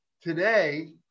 today